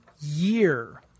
year